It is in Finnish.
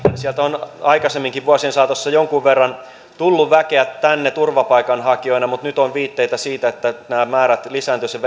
sieltä on aikaisemminkin vuosien saatossa jonkun verran tullut väkeä tänne turvapaikanhakijoina mutta nyt on viitteitä siitä että nämä määrät lisääntyisivät